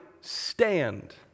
stand